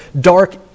dark